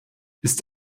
ist